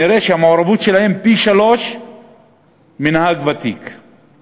נראה שהמעורבות שלהם היא פי-שלושה מזו של נהג ותיק.